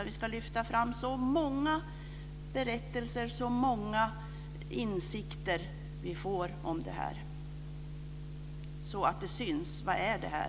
Vi ska lyfta fram så många berättelser och så många insikter vi får, så att det syns vad detta är.